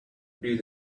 read